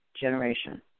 generation